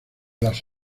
las